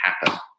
happen